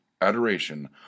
adoration